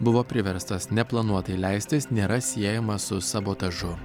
buvo priverstas neplanuotai leistis nėra siejamas su sabotažu